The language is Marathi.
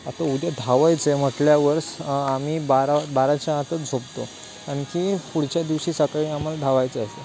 आता उद्या धावायचंय म्हटल्यावर स आम्ही बारा बाराच्या आतच झोपतो कारण कि पुढच्या दिवशी सकाळी आम्हाला धावायचं असत